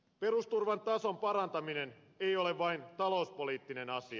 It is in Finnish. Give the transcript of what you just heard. perusturvan tason parantaminen ei ole vain talouspoliittinen asia